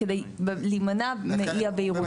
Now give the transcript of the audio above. כדי להימנע מאי הבהירות הזאת.